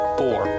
four